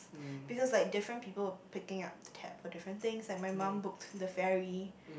because like different people picking up the tab for different things and my mom booked the ferry